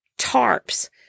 tarps